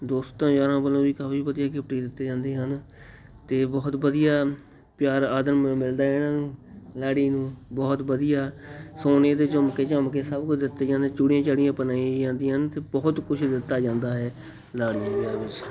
ਦੋਸਤਾਂ ਯਾਰਾਂ ਵੱਲੋਂ ਵੀ ਕਾਫੀ ਵਧੀਆ ਗਿਫਟ ਦਿੱਤੇ ਜਾਂਦੇ ਹਨ ਅਤੇ ਬਹੁਤ ਵਧੀਆ ਪਿਆਰ ਆਦਰ ਮ ਮਿਲਦਾ ਇਹਨਾਂ ਨੂੰ ਲਾੜੀ ਨੂੰ ਬਹੁਤ ਵਧੀਆ ਸੋਨੇ ਦੇ ਝੂੰਮਕੇ ਝਮਕੇ ਸਭ ਕੁਝ ਦਿੱਤੇ ਜਾਂਦੇ ਚੂੜੀਆਂ ਚਾੜੀਆਂ ਪਹਿਨਾਈਆਂ ਜਾਂਦੀਆਂ ਹਨ ਅਤੇ ਬਹੁਤ ਕੁਝ ਦਿੱਤਾ ਜਾਂਦਾ ਹੈ ਲਾੜੀ ਨੂੰ